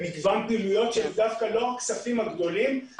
במגוון פעילויות, שהן דווקא לא הכסף הגדול אבל,